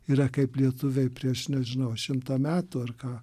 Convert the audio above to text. yra kaip lietuviai prieš nežinau šimtą metų ar ką